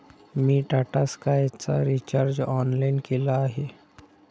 मी टाटा स्कायचा recharge online केला आहे